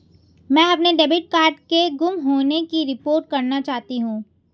मैं अपने debit card के गुम होने की रिपोर्ट करना चाहती हूँ